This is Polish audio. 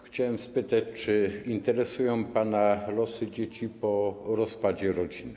Chciałem spytać, czy interesują pana losy dzieci po rozpadzie rodziny.